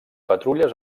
patrulles